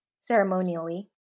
ceremonially